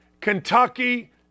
Kentucky